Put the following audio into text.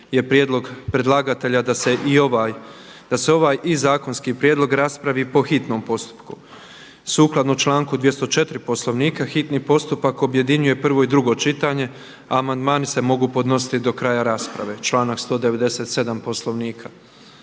smo prijedlog predlagatelja da se ovaj zakonski prijedlog raspravi po hitnom postupku. Sukladno članku 204. Poslovnika hitni postupak objedinjuje prvo i drugo čitanje, a amandmani se mogu podnositi do kraja rasprave sukladno članku 197. Poslovnika.